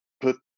put